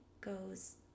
goes